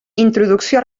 introducció